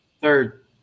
Third